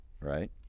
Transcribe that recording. right